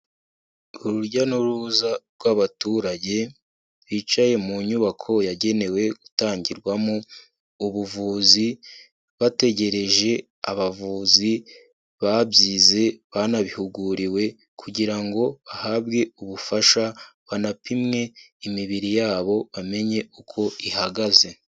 Urujya n'uruza rw'abaturage bicaye mu nyubako yagenewe gutangirwamo ubuvuzi, bategereje abavuzi babyize banabihuguriwe kugira ngo bahabwe ubufasha banapimwe imibiri yabo bamenye uko ihagaze.